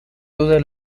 toda